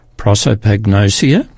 prosopagnosia